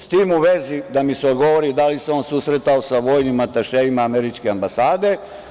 S tim u vezi, da mi se odgovori da li se on susretao sa vojnim atašeima američke ambasade?